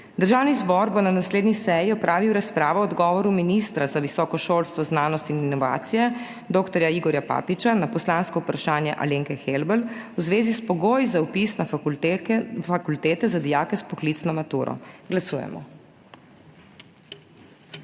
Državni zbor bo na naslednji seji opravil razpravo o odgovoru ministra za visoko šolstvo, znanost in inovacije dr. Igorja Papiča na poslansko vprašanje Alenke Helbl v zvezi s pogoji za vpis na fakultete za dijake s poklicno maturo. Glasujemo.